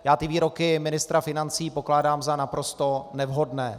Já ty výroky ministra financí pokládám za naprosto nevhodné.